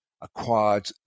acquired